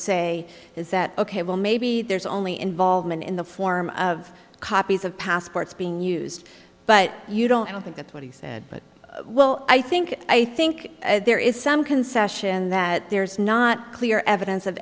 say is that ok well maybe there's only involvement in the form of copies of passports being used but you don't think that's what he said but well i think i think there is some concession that there is not clear evidence of